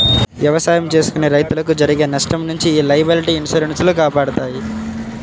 ఎవసాయం చేసుకునే రైతులకు జరిగే నష్టం నుంచి యీ లయబిలిటీ ఇన్సూరెన్స్ లు కాపాడతాయి